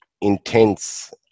intense